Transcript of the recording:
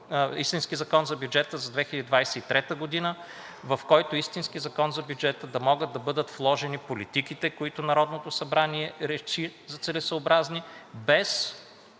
истински закон за бюджета за 2023 г., в който истински закон за бюджета да могат да бъдат вложени политиките, които Народното събрание реши за целесъобразни, без